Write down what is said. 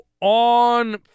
on